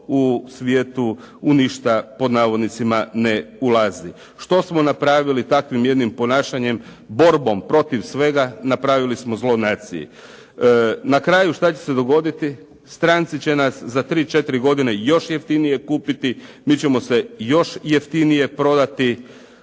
u svijetu u ništa pod navodnicima ne ulazi. Što smo napravili takvim jednim ponašanjem, borbom protiv svega, napravili smo zlo naciji. Na kraju šta će se dogoditi? Stranci će nas za 3, 4 godine još jeftinije kupiti, mi ćemo se još jeftinije prodati,